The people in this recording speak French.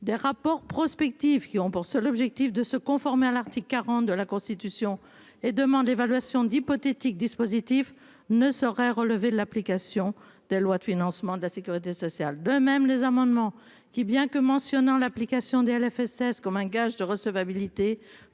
des rapports prospective qui ont pour seul objectif de se conformer à l'article 40 de la Constitution et demande évaluation d'hypothétiques dispositif ne saurait relever l'application de la loi de financement de la Sécurité sociale. De même les amendements qui bien que mentionnant l'application des la FSS comme un gage de recevabilité